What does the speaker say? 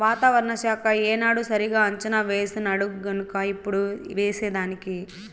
వాతావరణ శాఖ ఏనాడు సరిగా అంచనా వేసినాడుగన్క ఇప్పుడు ఏసేదానికి